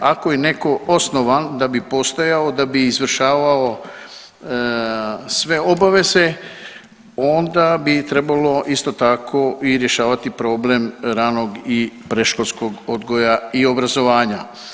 Ako je neko osnovan da bi postojao, da bi izvršavao sve obaveze onda bi trebalo isto tako i rješavati problem ranog i predškolskog odgoja i obrazovanja.